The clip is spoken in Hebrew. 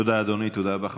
תודה, אדוני, תודה רבה.